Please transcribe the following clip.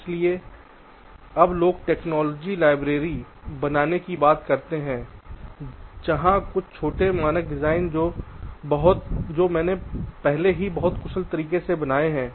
इसलिए अब लोग टेक्नोलॉजी लाइब्रेरी बनाने की बात करते हैं जहां कुछ छोटे मानक डिज़ाइन जो मैंने पहले ही बहुत कुशल तरीके से बनाए हैं